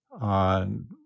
on